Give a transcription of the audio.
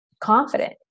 confident